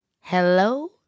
Hello